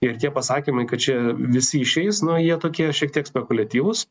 ir tie pasakymai kad čia visi išeis nu jie tokie šiek tiek spekuliatyvūs